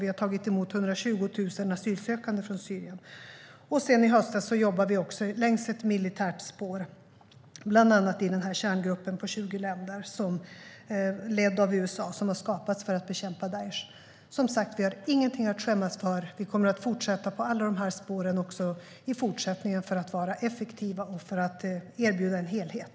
Vi har tagit emot 120 000 asylsökande från Syrien. Sedan i höstas jobbar vi också längs ett militärt spår, bland annat i kärngruppen på 20 länder, ledd av USA, som har skapats för att bekämpa Daish. Som sagt: Vi har ingenting att skämmas för. Vi kommer att fortsätta på alla de här spåren också i fortsättningen, för att vara effektiva och för att erbjuda en helhet.